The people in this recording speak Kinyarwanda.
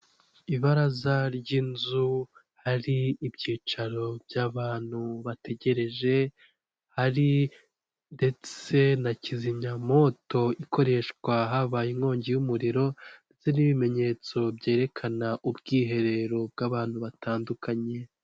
Ibaraza ry'inzu hari ibyicaro by'abantu bategereje, hari ndetse na kizimyamoto ikoreshwa habaye inkongi y'umuriro n'ibimenyetso byerekana ubwiherero bw'abantu batandukanye.